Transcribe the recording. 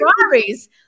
Ferraris